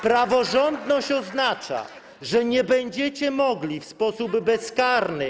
Praworządność oznacza, że nie będziecie mogli w sposób bezkarny.